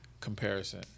Comparison